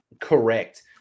Correct